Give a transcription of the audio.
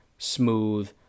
smooth